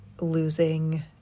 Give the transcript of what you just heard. losing